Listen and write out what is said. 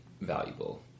valuable